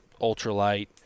ultralight